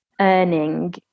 earning